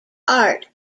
art